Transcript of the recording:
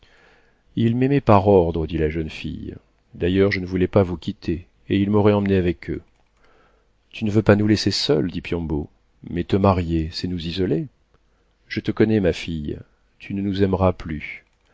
ils m'aimaient par ordre dit la jeune fille d'ailleurs je ne voulais pas vous quitter et ils m'auraient emmenée avec eux tu ne veux pas nous laisser seuls dit piombo mais te marier c'est nous isoler je te connais ma fille tu ne nous aimeras plus